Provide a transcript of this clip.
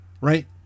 Right